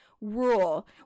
rule